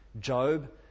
Job